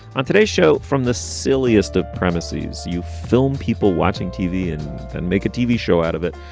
on today's show, from the silliest of premises, you film people watching tv and then make a tv show out of it.